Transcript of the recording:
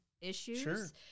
issues